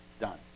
done